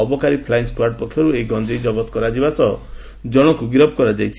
ଅବକାରୀ flying squad ପକ୍ଷରୁ ଏହି ଗଞ୍ଞେଇ ଜବତ କରାଯିବା ସହ ଜଣକୁ ଗିରଫ କରାଯାଇଛି